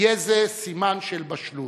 יהיה זה סימן של בשלות,